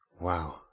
Wow